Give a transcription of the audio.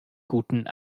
guten